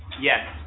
Yes